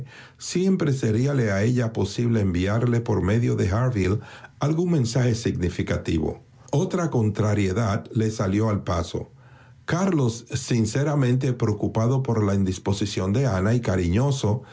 siempre seríale a ella posible enviarle por medio de harville algún mensaje significativo otra contrariedad le salió al paso carlos sinceramente preocupado por la indisposición de ana y cariñoso